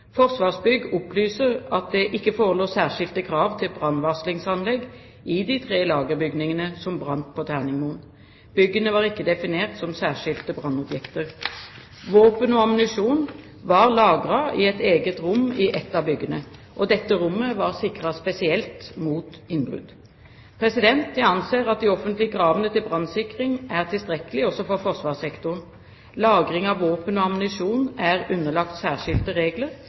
Forsvarsbygg opplyser at det ikke forelå særskilte krav til brannvarslingsanlegg i de tre lagerbygningene som brant på Terningmoen. Byggene var ikke definert som særskilte brannobjekter. Våpen og ammunisjon var lagret i et eget rom i ett av byggene. Dette rommet var sikret spesielt mot innbrudd. Jeg anser at de offentlige kravene til brannsikring er tilstrekkelige også for forsvarssektoren. Lagring av våpen og ammunisjon er underlagt særskilte regler,